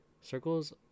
Circles